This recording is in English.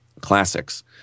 classics